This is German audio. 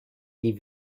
die